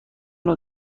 نوع